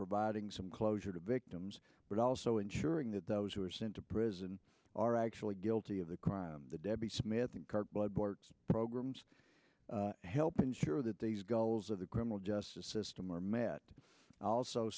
providing some closure to victims but also ensuring that those who are sent to prison are actually guilty of the crime the debbie smith card by boortz programs help ensure that these goals of the criminal justice system are met also